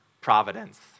providence